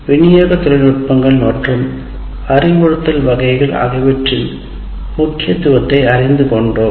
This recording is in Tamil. விநியோக தொழில்நுட்பங்கள் மற்றும் அறிவுறுத்தல் வகைகள் ஆகியவற்றில் பண்டிகைக்கும் இந்த கொண்டோம்